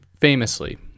famously